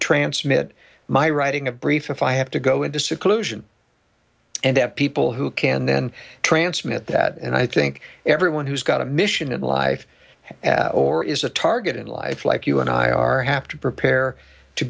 transmit my writing a brief if i have to go into seclusion and people who can then transmitted that and i think everyone who's got a mission in life or is a target in life like you and i are have to prepare to